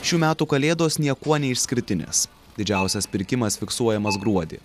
šių metų kalėdos niekuo neišskirtinės didžiausias pirkimas fiksuojamas gruodį